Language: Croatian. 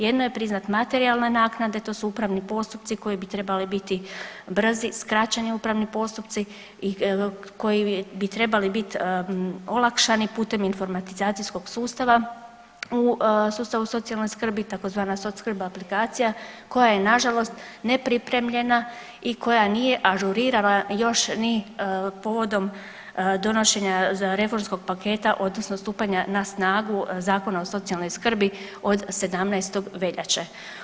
Jedno je priznati materijalne naknade, to su upravni postupci koji bi trebali biti brzi, skraćeni upravni postupci i koji bi trebali bit olakšani putem informacijskog sustava u sustavu socijalne skrbi tzv. SocSkrb aplikacija koja je nažalost nepripremljena i koja nije ažurirala još ni povodom donošenja za reformskog paketa odnosno stupanja na snagu Zakona o socijalnoj skrbi od 17. veljače.